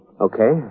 Okay